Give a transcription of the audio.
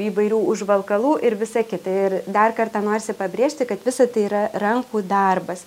įvairių užvalkalų ir visa kita ir dar kartą norisi pabrėžti kad visa tai yra rankų darbas